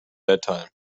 bedtime